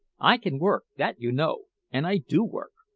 i can work, that you know and i do work.